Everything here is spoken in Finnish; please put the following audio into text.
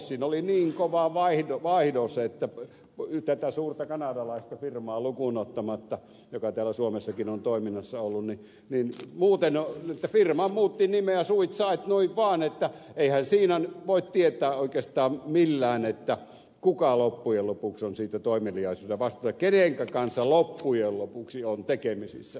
siinä oli niin kova vaihdos että tätä suurta kanadalaista firmaa lukuun ottamatta joka täällä suomessakin on toiminnassa ollut firmat muuttivat nimeä suit sait noin vaan eihän siinä voi tietää oikeastaan millään kuka loppujen lopuksi on siitä toimeliaisuudesta vastuussa ja kenenkä kanssa loppujen lopuksi on tekemisissä